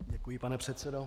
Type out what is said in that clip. Děkuji, pane předsedo.